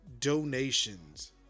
donations